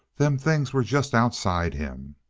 them things were just outside him.